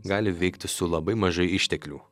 gali veikti su labai mažai išteklių